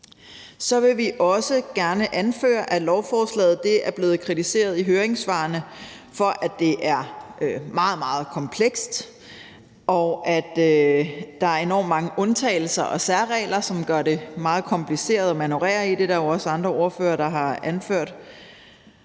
Så vil vi også gerne anføre, at lovforslaget er blevet kritiseret i høringssvarene for, at det er meget, meget komplekst, og at der er enormt mange undtagelser og særregler, som gør det meget kompliceret at manøvrere i det, og det er der jo også andre ordførere, der har anført.